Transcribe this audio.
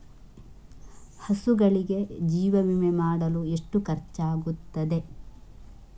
ಹಸುಗಳಿಗೆ ಜೀವ ವಿಮೆ ಮಾಡಲು ಎಷ್ಟು ಖರ್ಚಾಗುತ್ತದೆ?